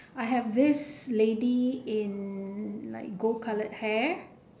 I have this lady in like gold coloured hair